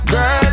Girl